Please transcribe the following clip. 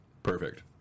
Perfect